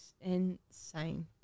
insane